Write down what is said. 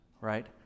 Right